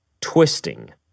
Twisting